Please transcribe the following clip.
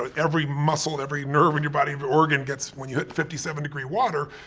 ah every muscle, every nerve in your body, every organ gets when you hit fifty seven degree water,